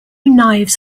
knives